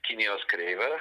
kinijos kreivė